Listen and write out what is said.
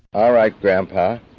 all right, grandpa,